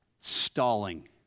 stalling